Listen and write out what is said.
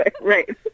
Right